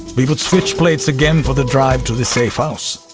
we would switch plates again for the drive to the safe house.